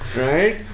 right